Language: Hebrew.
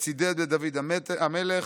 שצידד בדוד המלך,